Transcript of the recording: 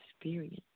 experience